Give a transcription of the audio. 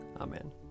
Amen